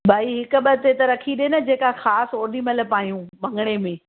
भई हिक ॿ ते त रखी ॾे न जेका ख़ासि ओॾीमहिल पायूं मङिणे में